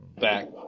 back